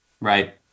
right